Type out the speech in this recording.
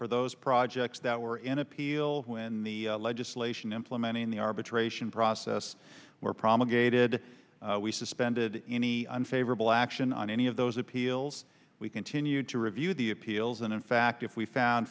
for those projects that were in appeal when the legislation implementing the arbitration process were promulgated we suspended any and favor well action on any of those appeals we continue to review the appeals and in fact if we found